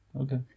Okay